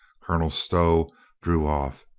colonel stow drew off.